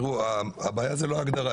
הבעיה היא לא ההגדרה.